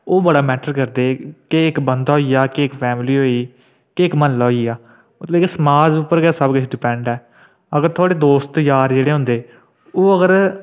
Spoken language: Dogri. ओह् बड़ा मैटर करदे ते इक बंदा होई इक फैमली होई ते इक म्हल्ला होई गेआ एह् समाज उप्पर गै सब किश डिपैंड करदा अगर थोह्ड़े दोस्त यार जेह्ड़े होंदे ओह् अगर